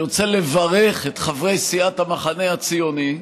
שאני רוצה לברך את חברי סיעת המחנה הציוני,